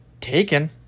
Taken